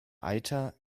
eiter